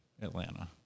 Atlanta